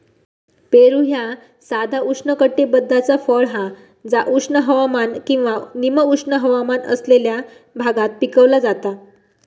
पेरू ह्या साधा उष्णकटिबद्धाचा फळ हा जा उष्ण हवामान किंवा निम उष्ण हवामान असलेल्या भागात पिकवला जाता